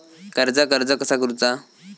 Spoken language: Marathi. कर्जाक अर्ज कसा करुचा?